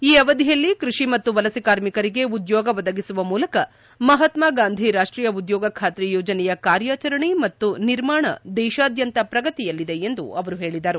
ಈ ಅವಧಿಯಲ್ಲಿ ಕೃಷಿ ಮತ್ತು ವಲಸೆ ಕಾರ್ಮಿಕರಿಗೆ ಉದ್ಲೋಗ ಒದಗಿಸುವ ಮೂಲಕ ಮಹಾತ್ನ ಗಾಂಧಿ ರಾಷ್ಷೀಯ ಉದ್ಯೋಗ ಖಾತ್ರಿ ಯೋಜನೆಯ ಕಾರ್ಯಾಚರಣೆ ಮತ್ತು ನಿರ್ಮಾಣ ದೇಶಾದ್ಯಂತ ಪ್ರಗತಿಯಲ್ಲಿದೆ ಎಂದು ಅವರು ಹೇಳಿದರು